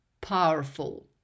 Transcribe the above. powerful